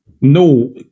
No